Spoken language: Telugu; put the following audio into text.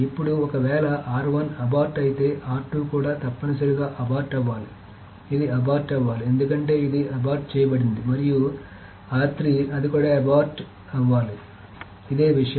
ఇప్పుడు ఒకవేళ అబార్ట్ ఐతే కూడా తప్పనిసరిగా అబార్ట్ అవ్వాలి అంటే ఇది అబార్ట్ అవ్వాలి ఎందుకంటే ఇది అబార్ట్ చేయబడింది మరియు అది కూడా అబార్ట్ అవ్వాలి అదే విషయం